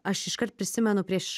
aš iškart prisimenu prieš